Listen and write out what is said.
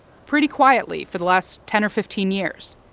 pretty quietly for the last ten or fifteen years.